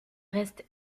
reste